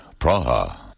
Praha